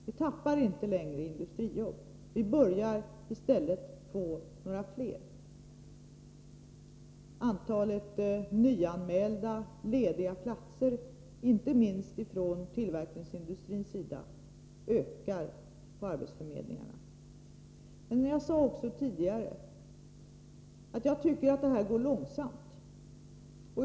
Vi tappar inte längre industrijobb, utan börjar i stället få fler. Antalet nyanmälda lediga platser, inte minst från tillverkningsindustrin, ökar på arbetsförmedlingarna. Men jag sade också att jag tycker att detta går långsamt.